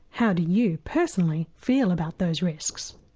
how do you personally feel about those risks?